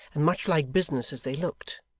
and much like business as they looked,